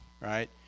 right